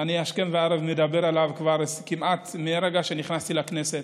שאני השכם והערב מדבר עליו כבר כמעט מהרגע שנכנסתי לכנסת.